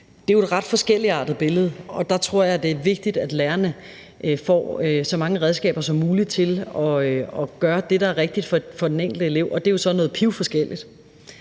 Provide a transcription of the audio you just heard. Det er jo et ret forskelligartet billede, og der tror jeg, at det er vigtigt, at lærerne får så mange redskaber som muligt til at gøre det, der er rigtigt for den enkelte elev, og det er jo så noget pivforskelligt.